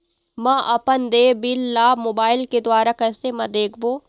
म अपन देय बिल ला मोबाइल के द्वारा कैसे म देखबो?